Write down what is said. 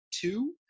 two